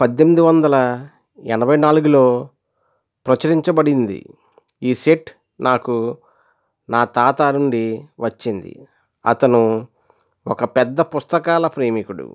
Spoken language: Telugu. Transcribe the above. పద్దెనిమిది వందల ఎనభై నాలుగులో ప్రచురించబడింది ఈ సెట్ నాకు నా తాత నుండి వచ్చింది అతను ఒక పెద్ద పుస్తకాల ప్రేమికుడు